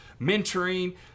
mentoring